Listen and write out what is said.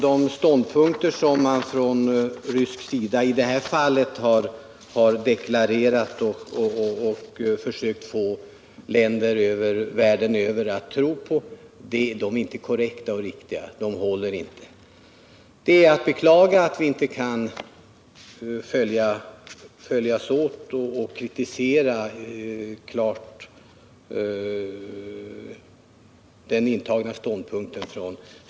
De ståndpunkter som man på sovjetiskt håll deklarerat och försökt få förståelse för i länder världen över håller dock inte. Det är att beklaga att vi inte kan enas om att klart kritisera den av Sovjet intagna ståndpunkten.